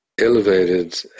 elevated